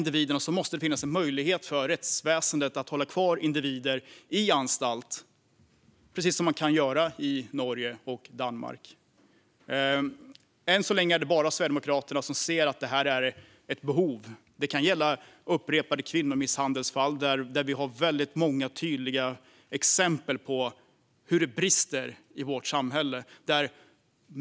Det måste finnas en möjlighet för rättsväsendet att hålla kvar dessa individer i anstalt, precis som man kan göra i Norge och i Danmark. Än så länge är det bara Sverigedemokraterna som ser att detta behov finns. Det kan gälla upprepade kvinnomisshandelsfall, där vi har många tydliga exempel på hur det brister i vårt samhälle.